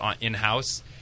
in-house